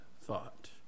thought